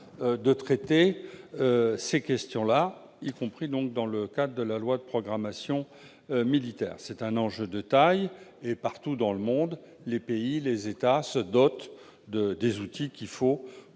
de traiter ces questions, y compris dans le cadre de la loi de programmation militaire. L'enjeu est de taille. Partout, dans le monde, les États se dotent des outils